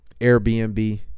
Airbnb